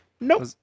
Nope